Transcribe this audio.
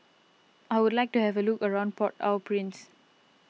I would like to have a look around Port Au Prince